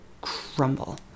crumble